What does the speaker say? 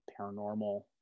paranormal